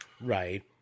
Right